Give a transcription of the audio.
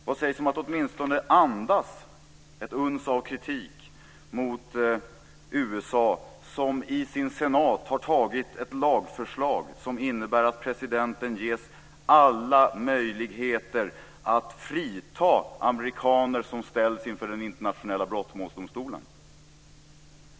Vad sägs om att åtminstone andas ett uns av kritik mot USA som i sin senat har antagit ett lagförslag som innebär att presidenten ges alla möjligheter att frita amerikaner som ställs inför den amerikanska brottmålsdomstolen?